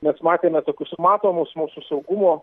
mes matėme tokius matomus mūsų saugumo